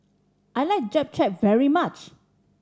I like Japchae very much